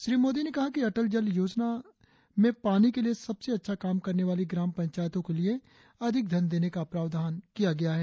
श्री मोदी ने कहा कि अटल जल योजना में पानी के लिए सबसे अच्छा काम करने वाली ग्राम पंचायतों के लिए अधिक धन देने का प्रावधान किया गया है